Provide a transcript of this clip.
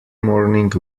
morning